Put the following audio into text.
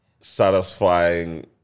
satisfying